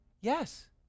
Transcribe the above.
Yes